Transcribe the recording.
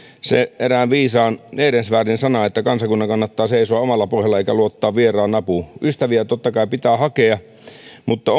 se erään viisaan ehrensvärdin sana että kansakunnan kannattaa seisoa omalla pohjallaan eikä luottaa vieraan apuun ystäviä totta kai pitää hakea mutta